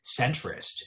centrist